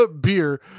beer